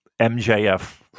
MJF